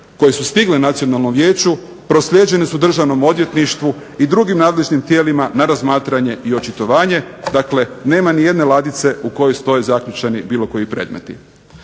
koje su stigle nacionalnom vijeću proslijeđene su Državnom odvjetništvu i drugim nadležnim tijelima na razmatranje i očitovanje, dakle nema ni jedne ladice u kojoj stoje zaključani bilo koji predmeti.